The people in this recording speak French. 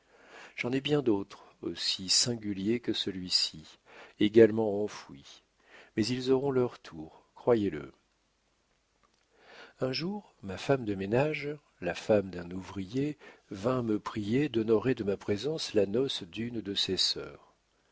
j'en ai bien d'autres aussi singuliers que celui-ci également enfouis mais ils auront leur tour croyez-le un jour ma femme de ménage la femme d'un ouvrier vint me prier d'honorer de ma présence la noce d'une de ses sœurs